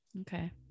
Okay